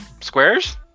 Squares